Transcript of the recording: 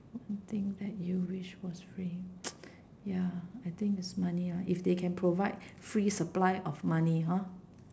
one thing that you wish was free ya I think is money right if they can provide free supply of money hor